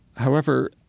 however,